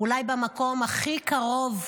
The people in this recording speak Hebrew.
אולי במקום הכי קרוב,